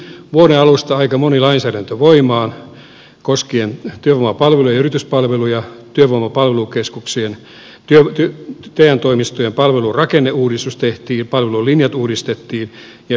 meille tuli vuoden alusta aika moni lainsäädäntö voimaan koskien työvoimapalveluja ja yrityspalveluja työvoiman palvelukeskuksien te toimistojen palvelurakenneuudistus tehtiin palvelulinjat uudistettiin ja työttömyys kasvoi